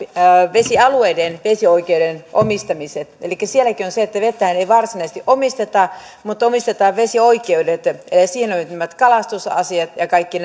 vesialueiden vesioikeuden omistamiset elikkä siinäkin on se että vettähän ei ei varsinaisesti omisteta mutta omistetaan vesioikeudet siihen liittyvät kalastusasiat ja ja kaikki